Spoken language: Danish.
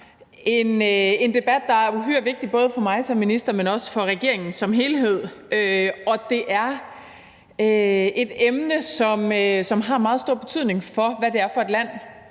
en debat, som er uhyre vigtig, både for mig som minister, men også for regeringen som helhed. Og det er et emne, som har en meget stor betydning for, hvad det er for et land,